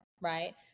right